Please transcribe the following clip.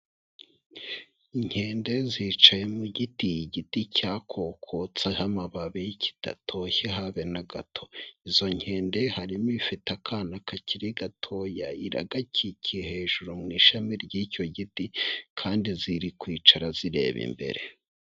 Inkende zicaye mu giti, igiti cyakokotseho amababi kidatoshye habe na gato, izo nkende harimo ifite akana kakiri gatoya, iragakikiye hejuru mu ishami ry'icyo giti kandi ziri kwicara zireba imbere.